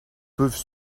peuvent